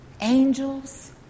Angels